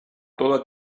toda